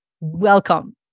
welcome